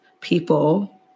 people